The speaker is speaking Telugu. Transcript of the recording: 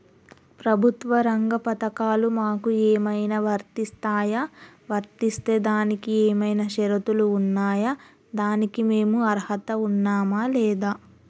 ప్రభుత్వ రంగ పథకాలు మాకు ఏమైనా వర్తిస్తాయా? వర్తిస్తే దానికి ఏమైనా షరతులు ఉన్నాయా? దానికి మేము అర్హత ఉన్నామా లేదా?